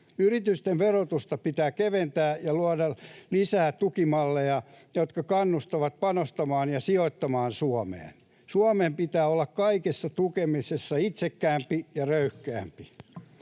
Yritysten verotusta pitää keventää ja luoda lisää tukimalleja, jotka kannustavat panostamaan ja sijoittamaan Suomeen. Suomen pitää olla kaikessa tukemisessa itsekkäämpi ja röyhkeämpi.